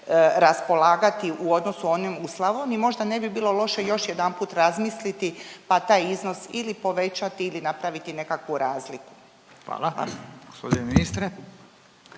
raspolagati u odnosu onim u Slavoniji, možda ne bi bilo loše još jedanput razmisliti pa taj iznos ili povećati ili napraviti nekakvu razliku.